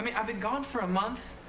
i mean i've been gone for a month.